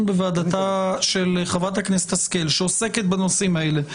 בוועדתה של חברת הכנסת השכל שעוסקת בנושאים האלה,